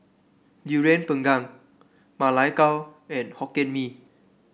Durian Pengat Ma Lai Gao and Hokkien Mee